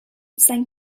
sein